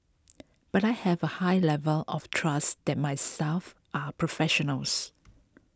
but I have a high level of trust that my staff are professionals